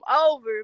over